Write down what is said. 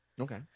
Okay